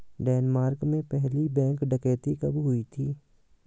Denmark में पहली bank डकैती कब हुई थी?